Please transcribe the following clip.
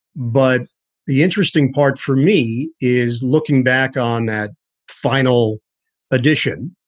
but the interesting part for me is looking back on that final edition,